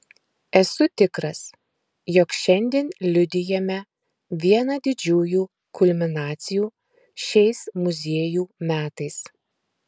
esu tikras jog šiandien liudijame vieną didžiųjų kulminacijų šiais muziejų metais